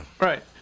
Right